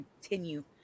continue